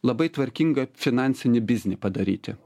labai tvarkingą finansinį biznį padaryti